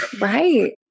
Right